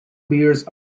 beers